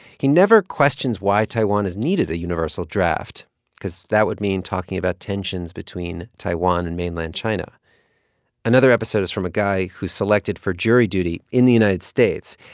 he never questions why taiwan has needed a universal draft cause that would mean talking about tensions between taiwan and mainland china another episode is from a guy who's selected for jury duty in the united states.